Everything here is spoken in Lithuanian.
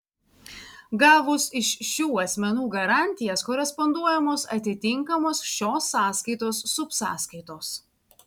gavus iš šių asmenų garantijas koresponduojamos atitinkamos šios sąskaitos subsąskaitos